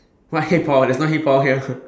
what hey Paul there's no hey Paul here